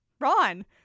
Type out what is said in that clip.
Ron